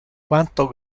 quanto